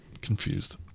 Confused